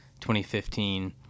2015